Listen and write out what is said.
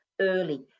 early